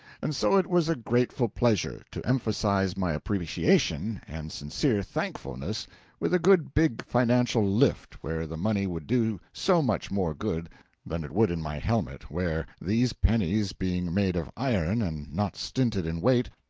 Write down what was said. and so it was a grateful pleasure to emphasize my appreciation and sincere thankfulness with a good big financial lift where the money would do so much more good than it would in my helmet, where, these pennies being made of iron and not stinted in weight,